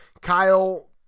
Kyle